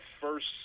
first